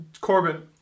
Corbin